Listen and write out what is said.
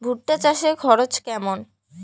ভুট্টা চাষে খরচ কেমন?